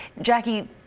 Jackie